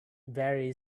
very